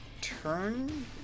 turn